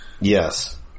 Yes